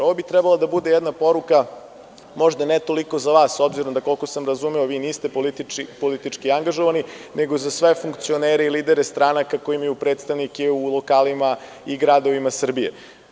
Ovo bi trebalo da bude jedna poruka, možda ne toliko za vas s obzirom koliko sam razumeo vi niste politički angažovani nego za sve funkcionere i lidere stranaka koji imaju predstavnike u lokalima i gradovima Srbije.